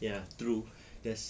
ya true that's